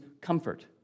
comfort